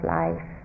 life